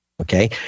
Okay